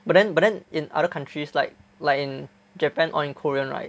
but then but then in other countries like like in Japan or in Korean right